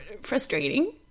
Frustrating